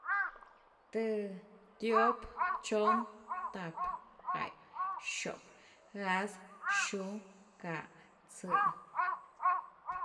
Thë, tiop, chon, tap, gai, xop, gaz, xun, gáh, tzë.